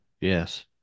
yes